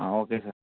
okay sir